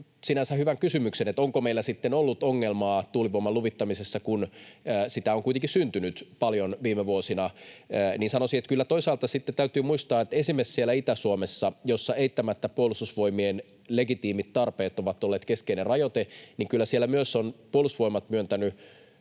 sinänsä hyvän kysymyksen, onko meillä sitten ollut ongelmaa tuulivoiman luvittamisessa, kun sitä on kuitenkin syntynyt paljon viime vuosina, niin sanoisin, että kyllä toisaalta sitten täytyy muistaa, että esimerkiksi siellä Itä-Suomessa, jossa eittämättä Puolustusvoimien legitiimit tarpeet ovat olleet keskeinen rajoite, on Puolustusvoimat myöntänytkin